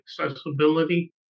accessibility